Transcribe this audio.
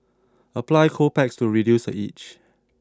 apply cold packs to reduce the itch